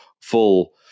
full